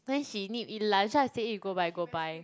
then she need eat laksa I say you go buy go buy